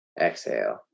exhale